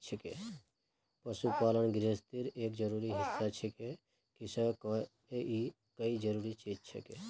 पशुपालन गिरहस्तीर एक जरूरी हिस्सा छिके किसअ के ई कई जरूरी चीज दिछेक